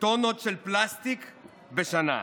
טונות של פלסטיק בשנה.